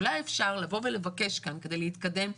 אולי אפשר לבוא ולבקש כאן כדי להתקדם,